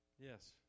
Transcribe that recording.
Yes